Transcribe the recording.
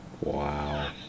Wow